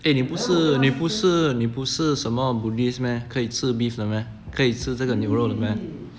eh 你不是你不是你不是什么 buddhist meh 可以吃 beef 的 meh 可以吃这个牛肉的 meh